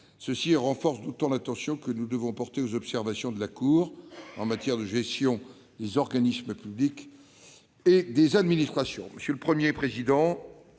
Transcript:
Cela renforce d'autant l'attention que nous devons porter aux observations de la Cour en matière de gestion des administrations et organismes publics. Monsieur le Premier président,